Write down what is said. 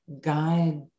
guide